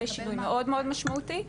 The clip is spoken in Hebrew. זה שינוי מאוד משמעותי,